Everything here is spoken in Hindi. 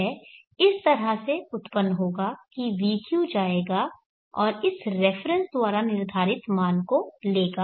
यह इस तरह से उत्पन्न होगा कि vq जाएगा और इस रेफरेंस द्वारा निर्धारित मान को लेगा